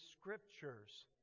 scriptures